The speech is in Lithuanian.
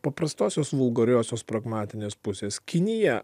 paprastosios vulgariosios pragmatinės pusės kinija